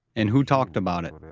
and who talked about it.